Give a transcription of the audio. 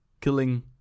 Killing